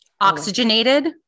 Oxygenated